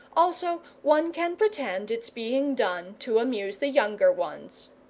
also one can pretend it's being done to amuse the younger ones.